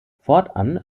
fortan